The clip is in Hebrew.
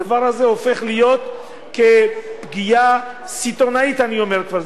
הדבר הזה הופך להיות פגיעה סיטונית, אני אומר כבר.